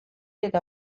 eta